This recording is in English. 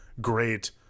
great